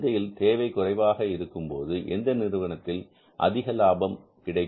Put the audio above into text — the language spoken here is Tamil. சந்தையில் தேவை குறைவாக இருக்கும்போது எந்த நிறுவனத்தில் அதிக லாபம் கிடைக்கும்